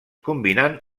combinant